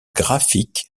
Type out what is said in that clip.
graphiques